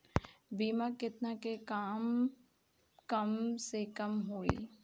बीमा केतना के कम से कम होई?